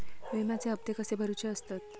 विम्याचे हप्ते कसे भरुचे असतत?